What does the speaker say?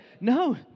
no